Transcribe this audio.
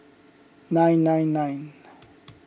nine nine nine